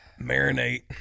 Marinate